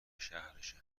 شهرش